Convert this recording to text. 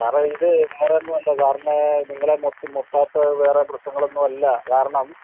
സാറേ ഇത് ഇങ്ങനെ ഒന്നുമല്ല സാറിനെ നിങ്ങളെ മൊത്തായിട്ട് വേറെ പ്രശ്നങ്ങളൊന്നുമില്ല കാരണം